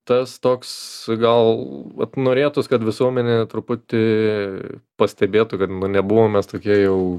tas toks gal vat norėtųs kad visuomenė truputį pastebėtų kad nu nebuvom mes tokie jau